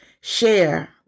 share